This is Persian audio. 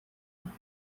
آنها